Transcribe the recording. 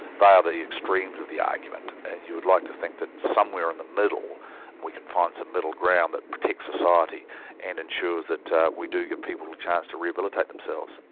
bar the extremes of the argument, and you would like to think that somewhere in the middle we can find some middle ground that protects society, and ensures that that we do give people the chance to rehabilitate themselves.